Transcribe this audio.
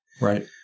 Right